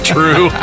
True